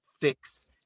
fix